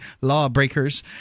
lawbreakers